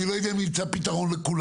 אני לא יודע אם נמצא פתרון לכולן,